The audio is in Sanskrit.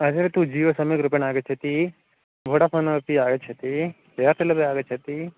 अत्र तु जियो सम्यग्रूपेण आगच्छति वोडाफ़ोन् अपि आगच्छति एर्टेल् अपि आगच्छति